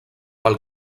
pel